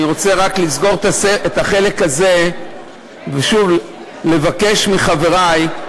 אני רוצה לסגור את החלק הזה ולבקש מחברי.